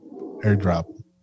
airdrop